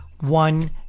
one